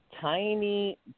tiny